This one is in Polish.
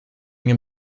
nie